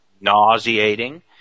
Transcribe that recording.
nauseating